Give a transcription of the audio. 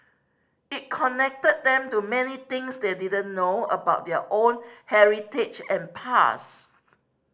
it connected them to many things they didn't know about their own heritage and past